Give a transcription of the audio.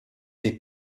des